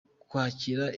kwakira